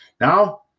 Now